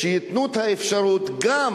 שייתנו את האפשרות גם